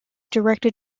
directed